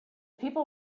people